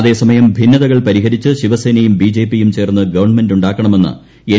അതേസമയം ഭിന്നതകൾ പരിഹരിച്ച് ശിവസേനയും ബിജെപിയും ചേർന്ന് ഗവൺമെന്റുണ്ടാക്കണമെന്ന് എൻ